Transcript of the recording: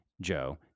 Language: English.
joe